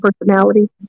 personality